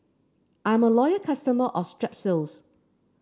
I'm a loyal customer of Strepsils